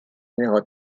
numéro